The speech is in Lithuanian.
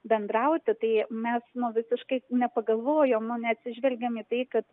bendrauti tai mes nu visiškai nepagalvojom neatsižvelgėm į tai kad